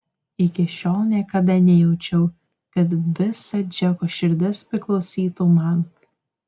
iki šiol niekada nejaučiau kad visa džeko širdis priklausytų man